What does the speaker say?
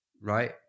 right